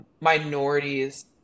minorities